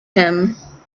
him